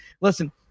listen